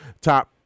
top